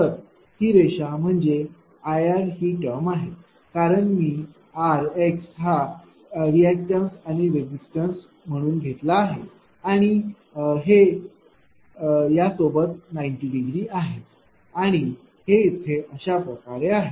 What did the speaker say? तर ही रेषा म्हणजे Ir ही टर्म आहे कारण मी r x हा रेझिस्टन्स रिअॅक्टॅन्स घेतला आहे आणि हे या सोबत 90 डिग्री आहे आणि हे येथे अशा प्रकारे आहे